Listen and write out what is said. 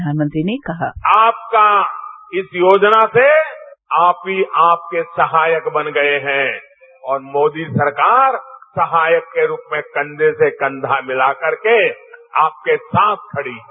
प्रधानमंत्री ने कहा इस योजना से आपही आपके सहायक बन गये हैं और मोदी सरकार सहायक के रूप में कंधे से कंधा मिलाकर के आपकेसाथ खड़ी है